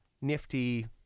nifty